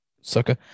Sucker